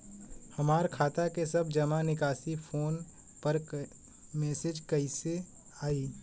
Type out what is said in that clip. हमार खाता के सब जमा निकासी फोन पर मैसेज कैसे आई?